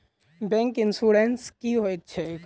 Bank insurance की होइत छैक?